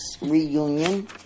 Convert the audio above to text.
reunion